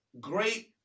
great